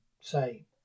say